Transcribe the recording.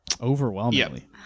overwhelmingly